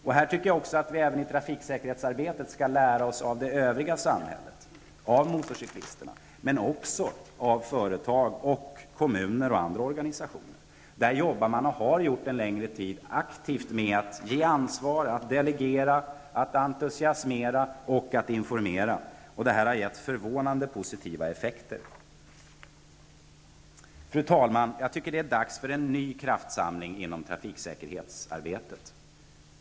Jag tycker att vi även i trafiksäkerhetsarbetet skall lära oss av det övriga samhället, av motorcyklisterna, men också av företag, kommuner och andra organisationer. Där har man sedan en längre tid tillbaka arbetat aktivt med att ge ansvar, att delegera, att entusiasmera och att informera. Och detta har gett förvånande positiva effekter. Fru talman! Jag tycker att det är dags för en ny kraftsamling inom trafiksäkerhetsarbetet.